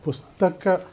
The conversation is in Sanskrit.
पुस्तक